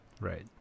right